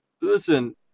listen